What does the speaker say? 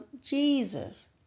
Jesus